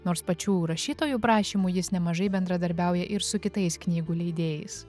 nors pačių rašytojų prašymu jis nemažai bendradarbiauja ir su kitais knygų leidėjais